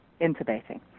intubating